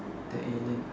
black alien